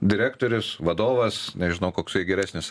direktorius vadovas nežinau koksai geresnis